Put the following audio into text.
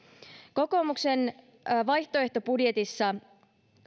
kokoomuksen vaihtoehtobudjetissa